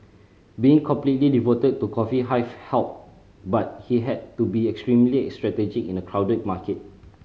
being completely devoted to Coffee Hive helped but he had to be extremely strategic in a crowded market